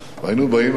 היינו באים אליו,